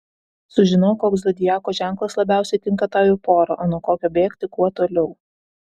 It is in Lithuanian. sužinok koks zodiako ženklas labiausiai tinka tau į porą o nuo kokio bėgti kuo toliau